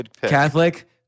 Catholic